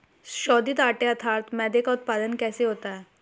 शोधित आटे अर्थात मैदे का उत्पादन कैसे होता है?